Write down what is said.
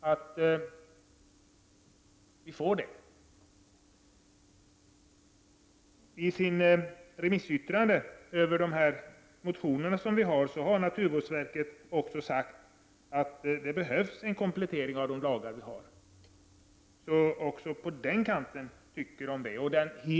Naturvårdsverket har i sitt remissyttrande över de motioner vi har lagt fram sagt att det behövs en komplettering av de lagar vi har. Också på den kanten tycker man alltså det.